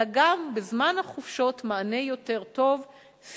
אלא גם מתן מענה יותר טוב בזמן החופשות,